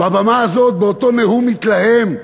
בבמה הזאת, באותו נאום מתלהם,